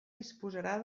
disposarà